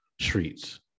streets